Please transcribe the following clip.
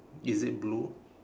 is it blue